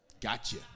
Gotcha